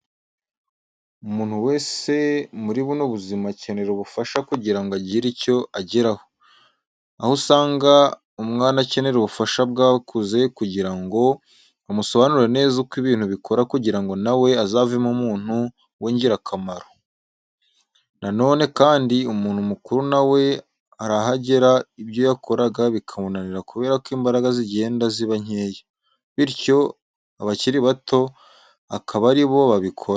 Umuntu wese muri buno buzima akenera ubufasha kugira ngo agire icyo ageraho, aho usanga umwana akenera ubufasha bw'abakuze kugira ngo bamusobanurire neza uko ibintu bikorwa kugira ngo na we azavemo umuntu w'ingirakamaro. Na none kandi umuntu mukuru na we hari aho agera ibyo yakoraga bikamunanira kubera ko imbaraga zigenda ziba nkeya, bityo abakiri bato akaba ari bo babikora.